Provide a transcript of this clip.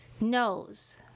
knows